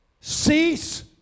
cease